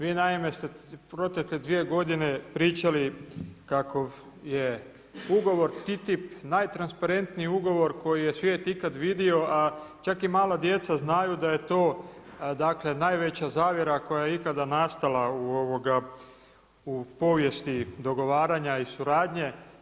Vi naime ste protekle dvije godine pričali kako je ugovor TTIP najtransparentniji ugovor koji je svije ikada vidio, a čak i mala djeca znaju da je to najveća zavjera koja je ikada nastala u povijesti dogovaranja i suradnje.